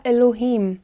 Elohim